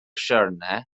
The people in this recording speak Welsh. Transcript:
siwrne